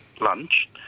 lunch